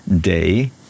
day